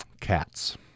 cats